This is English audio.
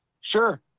sure